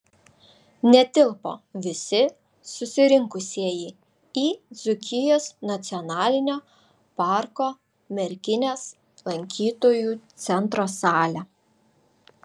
netilpo visi susirinkusieji į dzūkijos nacionalinio parko merkinės lankytojų centro salę